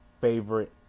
favorite